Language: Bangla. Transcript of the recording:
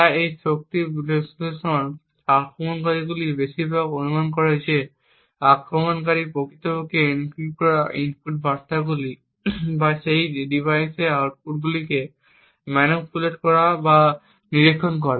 তাই এই শক্তি বিশ্লেষণ আক্রমণগুলির বেশিরভাগই অনুমান করে যে আক্রমণকারী প্রকৃতপক্ষে এনক্রিপ্ট করা ইনপুট বার্তাগুলি বা সেই ডিভাইসের আউটপুটগুলিকে ম্যানিপুলেট বা নিরীক্ষণ করে